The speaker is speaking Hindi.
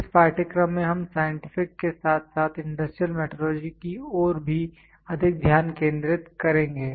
इस पाठ्यक्रम में हम साइंटिफिक के साथ साथ इंडस्ट्रियल मेट्रोलॉजी की ओर भी अधिक ध्यान केंद्रित करेंगे